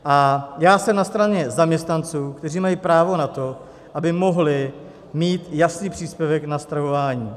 A já jsem na straně zaměstnanců, kteří mají právo na to, aby mohli mít jasný příspěvek na stravování.